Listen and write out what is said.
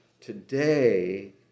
today